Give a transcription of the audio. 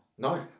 No